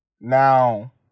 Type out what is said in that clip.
Now